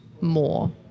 more